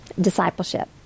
Discipleship